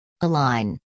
Align